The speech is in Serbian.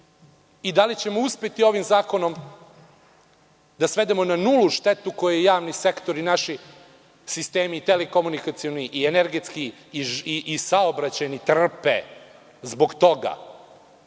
i da li ćemo uspeti ovim zakonom da svedemo na nulu štetu koju javni sektor i naši telekomunikacioni sistemi i energetski i saobraćajni trpe zbog toga,